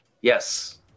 Yes